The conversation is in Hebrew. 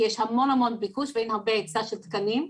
כי יש המון ביקוש ואין הרבה היצע של תקנים.